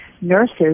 nurses